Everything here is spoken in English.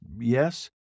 yes